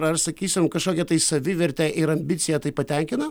ar sakysim kažkokią tai savivertę ir ambiciją tai patenkina